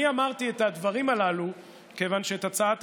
אני אמרתי את הדברים הללו כיוון שאת הצעת